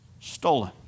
stolen